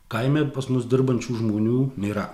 kaime pas mus dirbančių žmonių nėra